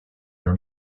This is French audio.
dans